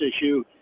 issue